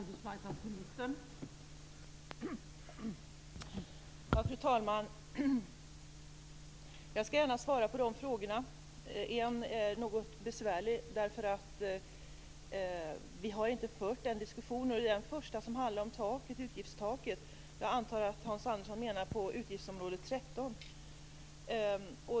Fru talman! Jag skall svara på frågorna. En av dem är något besvärlig, nämligen den första om utgiftstaket, eftersom vi inte har fört den diskussionen. Jag antar att Hans Andersson här syftar på utgiftsområde 13.